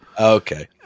okay